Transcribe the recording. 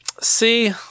See